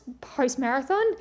post-marathon